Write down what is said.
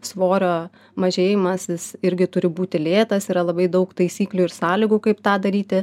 svorio mažėjimas jis irgi turi būti lėtas yra labai daug taisyklių ir sąlygų kaip tą daryti